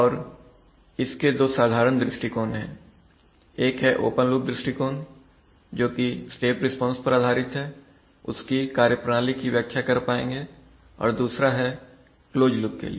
और इसके दो साधारण दृष्टिकोण है एक है ओपन लूप दृष्टिकोण जोकि स्टेप रिस्पांस पर आधारित है उसकी कार्यप्रणाली की व्याख्या कर पाएंगे और दूसरा है क्लोज लूप के लिए